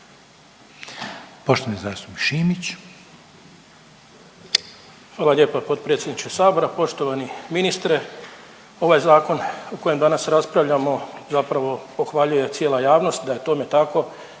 **Šimić, Hrvoje (HDZ)** Hvala lijepa potpredsjedniče sabora. Poštovani ministre ovaj zakon o kojem danas raspravljamo zapravo pohvaljuje cijela javnost. Da je tome tako